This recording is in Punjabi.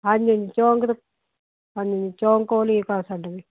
ਹਾਂਜੀ ਹਾਂਜੀ ਚੌਂਕ ਦੇ ਹਾਂਜੀ ਹਾਂਜੀ ਚੌਂਕ ਕੋਲ ਹੀ ਘਰ ਸਾਡਾ ਜੀ